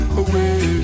away